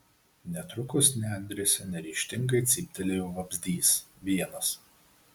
netrukus nendrėse neryžtingai cyptelėjo vabzdys vienas